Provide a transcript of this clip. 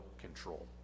control